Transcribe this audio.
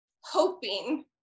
hoping